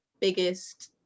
biggest